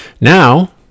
now